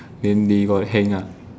then they got hang ah